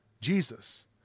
Jesus